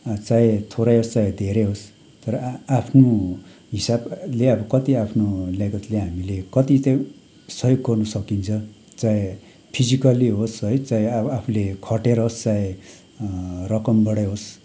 चाहे थोरै होस् चाहे धेरै होस् तर आआफ्नो हिसाबले अब कति आफ्नो ल्याकतले हामीले कति चाहिँ सहयोग गर्नु सकिन्छ चाहे फिजिकली होस् है चाहे अब आफूले खटेर होस् चाहे रकमबाटै होस्